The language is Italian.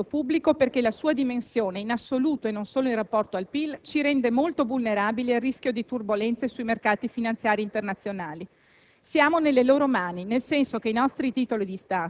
Dunque, primo obiettivo: ridurre il nostro debito pubblico perché la sua dimensione, in assoluto e non solo in rapporto al PIL, ci rende molto vulnerabili al rischio di turbolenze sui mercati finanziari internazionali.